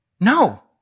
No